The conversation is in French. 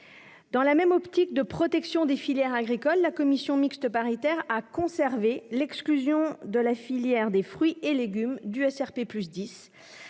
Dans la même perspective de protection des filières agricoles, la commission mixte paritaire a conservé l'exclusion de la filière des fruits et légumes du dispositif